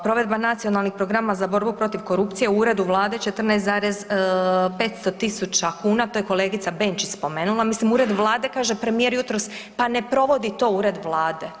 Provedba Nacionalnih programa za borbu protiv korupcije u uredu vlade 14,500 000 kuna, to je kolegica Benčić spomenula, mislim ured vlade, kaže premijer jutros, pa ne provodi to ured vlade.